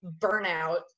burnout